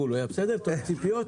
זה בסדר.